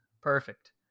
Perfect